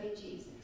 Jesus